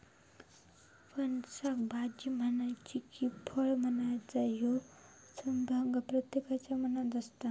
फणसाक भाजी म्हणायची कि फळ म्हणायचा ह्यो संभ्रम प्रत्येकाच्या मनात असता